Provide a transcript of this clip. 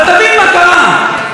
שר התקשורת,